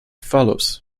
follows